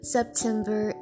September